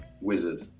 wizard